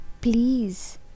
Please